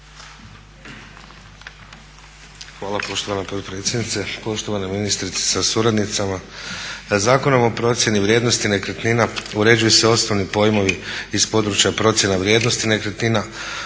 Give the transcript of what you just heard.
Hvala poštovana potpredsjednice, poštovana ministrice sa suradnicama. Zakonom o procjeni vrijednosti nekretnina uređuju se osnovni pojmovi iz područja procjena vrijednosti nekretnina,